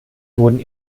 wurden